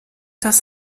das